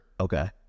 Okay